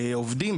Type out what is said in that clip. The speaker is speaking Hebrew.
עובדים,